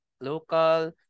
local